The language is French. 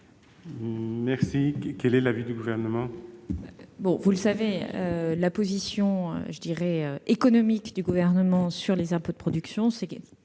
retrait. Quel est l'avis du Gouvernement ?